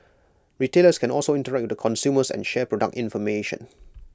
retailers can also interact the consumers and share product information